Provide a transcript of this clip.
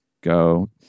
go